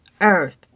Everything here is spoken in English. earth